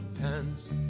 pants